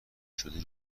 شده